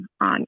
on